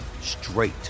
straight